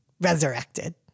resurrected